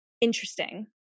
interesting